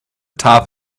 top